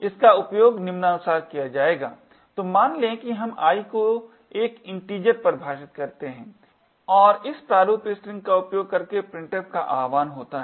इसका उपयोग निम्नानुसार किया जाता है तो मान लें कि हम i को एक integer परिभाषित करते है और इस प्रारूप स्ट्रिंग का उपयोग करके printf का आह्वान होता है